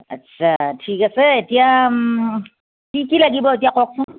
আচ্ছা ঠিক আছে এতিয়া কি কি লাগিব এতিয়া কওকচোন